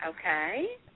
Okay